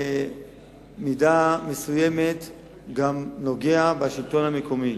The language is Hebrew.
במידה מסוימת זה גם נוגע בשלטון המקומי.